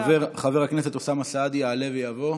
חבר הכנסת אוסאמה סעדי יעלה ויבוא.